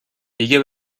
دیگه